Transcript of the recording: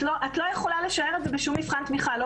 את לא יכולה לשער את זה בשום מבחן תמיכה - לא